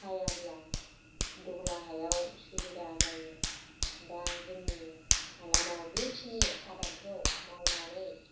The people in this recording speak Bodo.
हायाब्ला धला हायाव सुबिदा जायो दा जोंनि हालामाव बेखिनि आबादखौ मावनानै